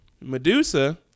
Medusa